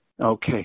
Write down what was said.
Okay